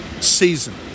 season